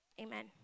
amen